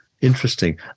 interesting